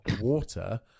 water